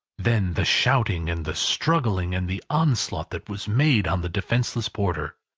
then the shouting and the struggling, and the onslaught that was made on the defenceless porter!